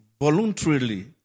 voluntarily